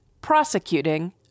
Prosecuting